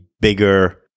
bigger